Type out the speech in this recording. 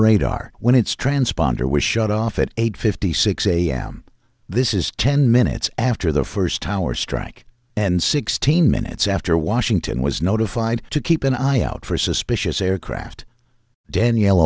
radar when its transponder was shut off at eight fifty six a m this is ten minutes after the first tower strike and sixteen minutes after washington was notified to keep an eye out for suspicious aircraft danielle